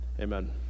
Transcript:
amen